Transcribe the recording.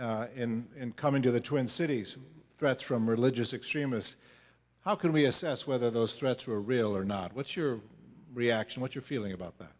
in coming to the twin cities threats from religious extremists how can we assess whether those threats are real or not what's your reaction what's your feeling about that